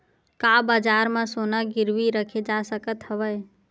का बजार म सोना गिरवी रखे जा सकत हवय?